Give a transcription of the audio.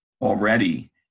already